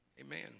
Amen